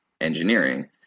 engineering